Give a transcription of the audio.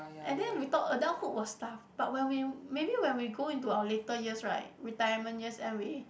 and then we thought adulthood was tough but when we maybe when we go into our later years right retirement years and we